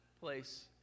place